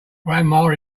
grandma